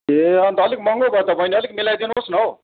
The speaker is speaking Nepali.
ए अन्त अलिक महँगो भयो त बहिनी अलिक मिलाइ दिनुहोस् न हौ